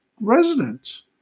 residents